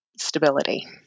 stability